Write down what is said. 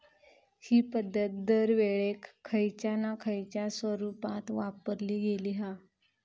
हि पध्दत दरवेळेक खयच्या ना खयच्या स्वरुपात वापरली गेली हा